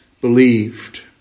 believed